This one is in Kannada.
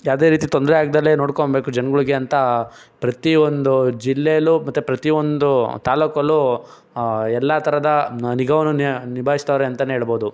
ಯಾವುದೇ ರೀತಿ ತೊಂದರೆ ಆಗ್ದಲೆ ನೋಡ್ಕೊಬೇಕು ಜನಗಳಿಗೆ ಅಂತ ಪ್ರತಿಯೊಂದು ಜಿಲ್ಲೆಯಲ್ಲೂ ಮತ್ತು ಪ್ರತಿಯೊಂದು ತಾಲೂಕಲ್ಲೂ ಎಲ್ಲ ಥರದ ನಿಗಾವನ್ನು ನಿಭಾಯಿಸ್ತವ್ರೆ ಅಂತಾನೆ ಹೇಳ್ಬೋದು